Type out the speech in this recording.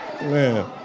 Man